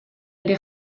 ere